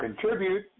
contribute